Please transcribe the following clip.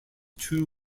two